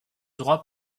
droit